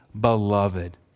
beloved